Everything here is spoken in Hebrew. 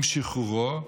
עם שחרורו